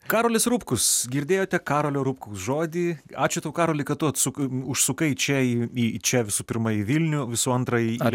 karolis rupkus girdėjote karolio rupkaus žodį ačiū tau karoli kad tu atsu užsukai čia į čia visų pirma į vilnių visų antrąjį ar